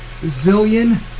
Zillion